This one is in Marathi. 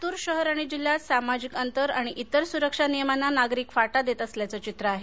लातूर शहर आणि जिल्ह्यात सामाजिक अंतर आणि इतर सुरक्षा नियमांना नागरीक फाटा देत असल्याचं चित्र आहे